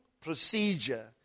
procedure